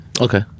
Okay